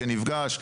כן נפגש.